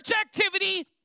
activity